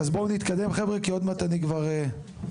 בואו נתקדם חבר'ה כי עוד מעט אני כבר --- מצאתי